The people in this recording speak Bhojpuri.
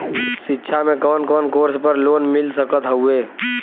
शिक्षा मे कवन कवन कोर्स पर लोन मिल सकत हउवे?